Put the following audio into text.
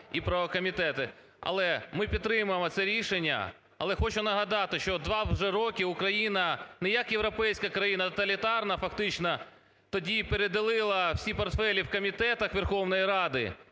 Але ми підтримуємо це рішення. Але хочу нагадати, що два вже роки Україна не як європейська країна, а тоталітарна фактично, тоді переділила всі портфелі в комітетах Верховної Ради,